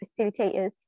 facilitators